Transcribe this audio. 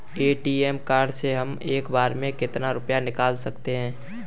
ATM card से हम एक बार में कितना रुपया निकाल सकते हैं?